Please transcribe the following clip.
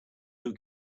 who